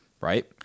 right